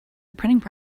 printing